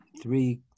Three